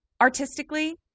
artistically